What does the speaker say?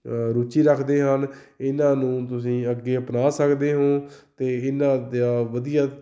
ਰੁਚੀ ਰੱਖਦੇ ਹਨ ਇਹਨਾਂ ਨੂੰ ਤੁਸੀਂ ਅੱਗੇ ਅਪਣਾ ਸਕਦੇ ਹੋ ਅਤੇ ਇਹਨਾਂ ਦਾ ਵਧੀਆ